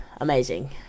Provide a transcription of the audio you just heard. amazing